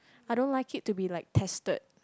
I don't like it to be like tested